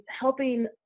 helping